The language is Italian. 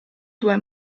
due